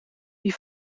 die